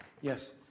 Yes